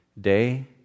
Day